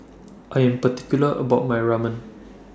I Am particular about My Ramen